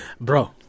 bro